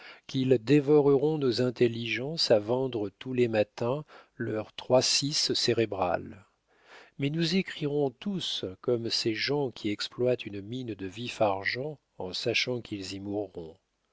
qu'ils dévoreront nos intelligences à vendre tous les matins leur trois-six cérébral mais nous y écrirons tous comme ces gens qui exploitent une mine de vif-argent en sachant qu'ils y mourront